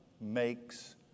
makes